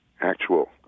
actual